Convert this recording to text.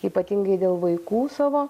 ypatingai dėl vaikų savo